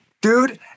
Dude